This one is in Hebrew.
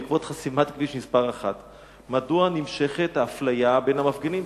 בעקבות חסימת כביש מס' 1. מדוע נמשכת האפליה בין המפגינים?